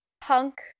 punk